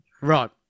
Right